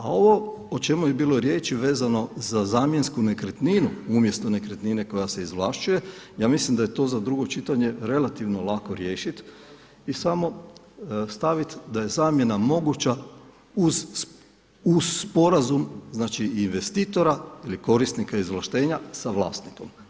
A ovo o čemu je bilo riječi vezano za zamjensku nekretninu, umjesto nekretnine koja se izvlašćuje, ja mislim da je to za drugo čitanje relativno lako riješiti i samo staviti da je zamjena moguća uz sporazum znači investitora ili korisnika izvlaštenja sa vlasnikom.